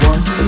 One